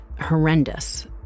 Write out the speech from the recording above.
horrendous